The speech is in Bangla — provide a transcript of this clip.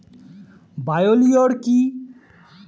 বায়ো লিওর কি?